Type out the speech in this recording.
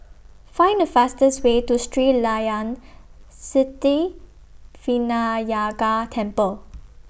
Find The fastest Way to Sri Layan Sithi Vinayagar Temple